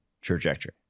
trajectory